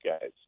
guys